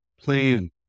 plan